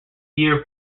year